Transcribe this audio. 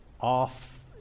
off